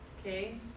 okay